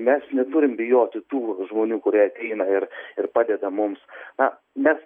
mes neturim bijoti tų žmonių kurie ateina ir ir padeda mums na nes